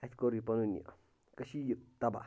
اَسہِ کوٚر یہِ پَنُن یہِ کٔشیٖر تباہ